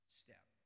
step